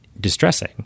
distressing